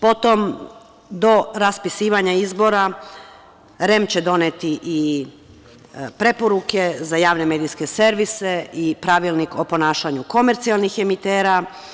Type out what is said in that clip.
Potom, do raspisivanja izbora, REM će doneti i preporuke za javne medijske servise i pravilnik o ponašanju komercijalnih emitera.